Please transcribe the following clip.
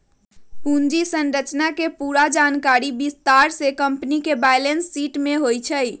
पूंजी संरचना के पूरा जानकारी विस्तार से कम्पनी के बैलेंस शीट में होई छई